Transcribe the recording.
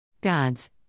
Gods